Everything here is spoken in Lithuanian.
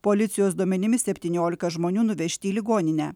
policijos duomenimis septyniolika žmonių nuvežti į ligoninę